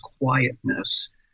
quietness